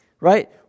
Right